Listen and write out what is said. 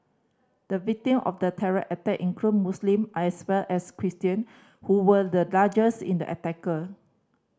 the victim of the terror attack included Muslim as well as Christian who were the largest in the attacker